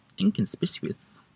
inconspicuous